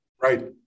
Right